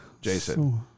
Jason